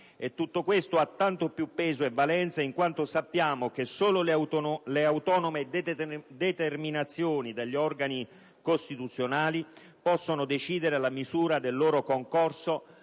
Tutto questo ha tanto più peso e valenza in quanto sappiamo che solo le autonome determinazioni degli organi costituzionali possono decidere la misura del loro concorso